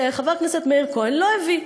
שחבר הכנסת מאיר כהן לא הביא: